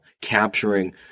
capturing